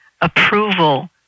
approval